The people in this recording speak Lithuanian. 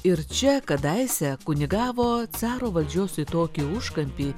ir čia kadaise kunigavo caro valdžios į tokį užkampį